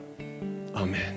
Amen